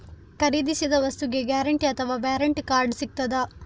ಖರೀದಿಸಿದ ವಸ್ತುಗೆ ಗ್ಯಾರಂಟಿ ಅಥವಾ ವ್ಯಾರಂಟಿ ಕಾರ್ಡ್ ಸಿಕ್ತಾದ?